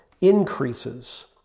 increases